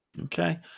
Okay